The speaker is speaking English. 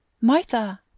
Martha